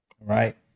right